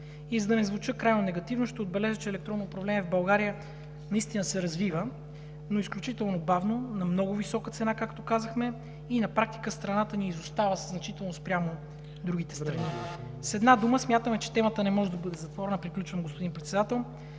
И за да не звуча крайно негативно, ще отбележа, че електронно управление в България наистина се развива, но изключително бавно, на много висока цена, както казахме, и на практика страната ни изостава значително спрямо другите страни. (Председателят дава сигнал, че времето е изтекло.) С една дума, смятаме, че темата не може да бъде затворена – приключвам, господин Председател,